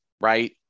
right